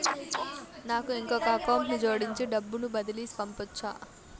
నాకు ఇంకొక అకౌంట్ ని జోడించి డబ్బును బదిలీ పంపొచ్చా?